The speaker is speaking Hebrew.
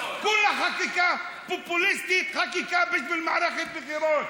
כולה חקיקה פופוליסטית, חקיקה בשביל מערכת בחירות,